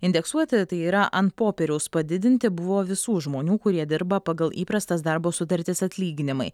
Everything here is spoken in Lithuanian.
indeksuoti tai yra ant popieriaus padidinti buvo visų žmonių kurie dirba pagal įprastas darbo sutartis atlyginimai